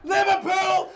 Liverpool